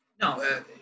No